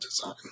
design